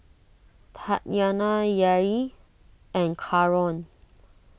Tatyanna Yair and Karon